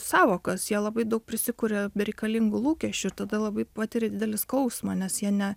sąvokas jie labai daug prisikuria bereikalingų lūkesčių ir tada labai patiria didelį skausmą nes jie ne